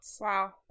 Wow